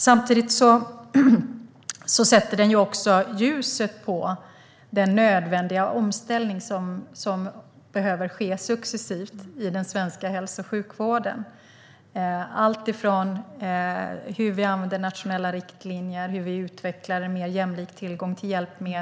Samtidigt sätter interpellationen ljuset på den nödvändiga omställning som behöver ske successivt i den svenska hälso och sjukvården. Det gäller alltifrån hur vi använder nationella riktlinjer till hur vi utvecklar en mer jämlik tillgång till hjälpmedel.